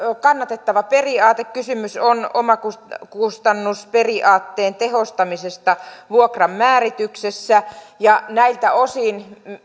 kannatettava periaate kysymys on omakustannusperiaatteen tehostamisesta vuokran määrityksessä ja näiltä osin